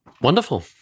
wonderful